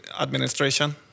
administration